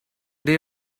day